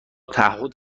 تعهد